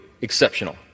exceptional